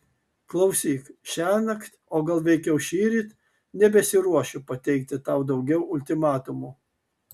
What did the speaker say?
klausyk šiąnakt o gal veikiau šįryt nebesiruošiu pateikti tau daugiau ultimatumų